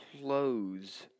clothes